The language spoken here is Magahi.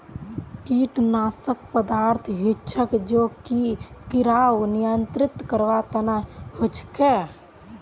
कीटनाशक पदार्थ हछेक जो कि किड़ाक नियंत्रित करवार तना हछेक